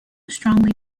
strongly